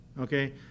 Okay